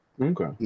Okay